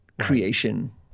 creation